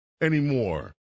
anymore